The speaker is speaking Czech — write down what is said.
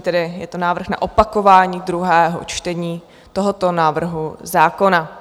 Tedy je to návrh na opakování druhého čtení tohoto návrhu zákona.